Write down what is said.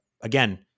again